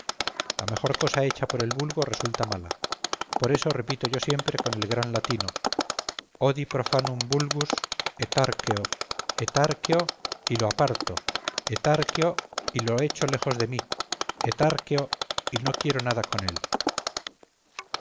la mejor cosa hecha por el vulgo resulta mala por eso repito yo siempre con el gran latino odi profanum vulgus et arceo et arceo y lo aparto et arceo y lo echo lejos de mí et arceo y no quiero nada con él